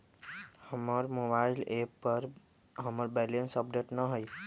हमर mobile app पर हमर बैलेंस अपडेट न हई